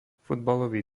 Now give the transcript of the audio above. futbalový